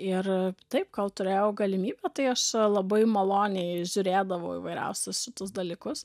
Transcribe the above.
ir taip kol turėjau galimybę tai aš labai maloniai žiūrėdavau įvairiausius šitus dalykus